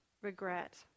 regret